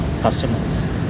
customers